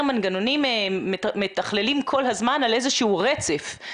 מנגנונים מתכללים כל הזמן על איזשהו רצף.